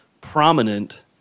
prominent